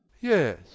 Yes